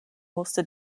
musste